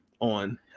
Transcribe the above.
on